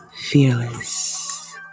fearless